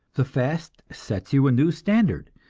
the fast sets you a new standard,